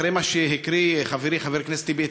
לאחר מה שהקריא חברי חבר הכנסת טיבי,